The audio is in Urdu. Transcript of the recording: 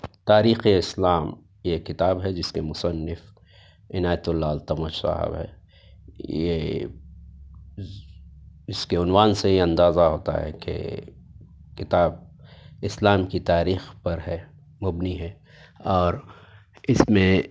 تاریخ اسلام یہ کتاب ہے جس کے مصنف عنایت اللہ التمش صاحب ہے یہ اس کے عنوان سے ہی اندازہ ہوتا ہے کہ کتاب اسلام کی تاریخ پر ہے مبنی ہے اور اس میں